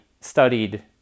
studied